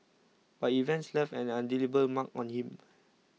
but events left an indelible mark on him